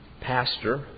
pastor